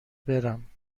برم